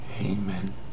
Amen